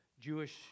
Jewish